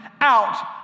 out